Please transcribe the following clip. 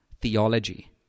theology